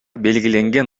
белгиленген